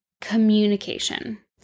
communication